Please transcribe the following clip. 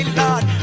lord